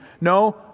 No